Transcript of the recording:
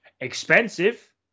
Expensive